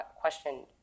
question